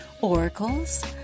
oracles